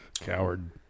Coward